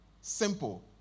simple